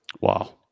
Wow